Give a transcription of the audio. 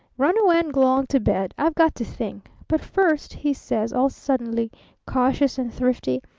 run away and g'long to bed. i've got to think. but first he says, all suddenly cautious and thrifty,